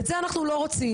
ואת זה אנחנו לא רוצים.